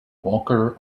walker